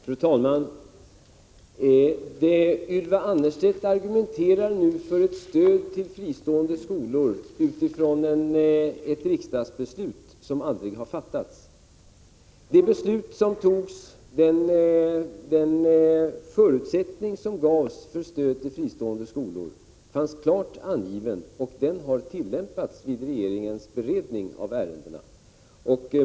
Fru talman! Ylva Annerstedt argumenterar nu för ett stöd till fristående skolor utifrån ett riksdagsbeslut som aldrig har fattats. I det beslut som fattades fanns den förutsättning som gavs för stödet till fristående skolor klart angiven, och den har tillämpats vid regeringens beredning av ärendena.